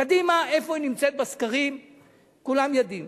קדימה, איפה נמצאת בסקרים כולם יודעים.